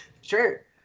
Sure